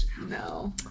no